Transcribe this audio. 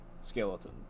skeleton